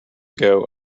ago